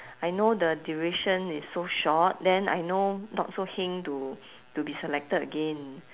I know the duration is so short then I know not so heng to to be selected again